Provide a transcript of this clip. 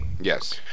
Yes